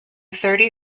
thirty